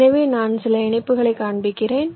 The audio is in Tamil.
எனவே நான் சில இணைப்புகளைக் காண்பிக்கிறேன்